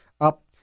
up